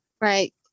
Right